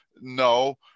No